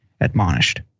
admonished